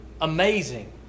amazing